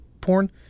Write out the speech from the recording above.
porn